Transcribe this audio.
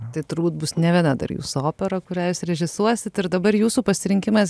tai turbūt bus ne viena dar jūsų opera kurią jūs režisuosit ir dabar jūsų pasirinkimas